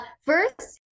first